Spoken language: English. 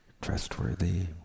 trustworthy